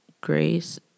Grace